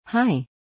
Hi